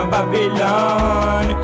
Babylon